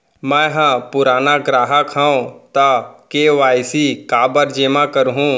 मैं ह पुराना ग्राहक हव त के.वाई.सी काबर जेमा करहुं?